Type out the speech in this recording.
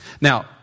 Now